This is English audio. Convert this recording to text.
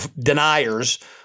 deniers